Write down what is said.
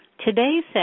Today's